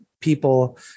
people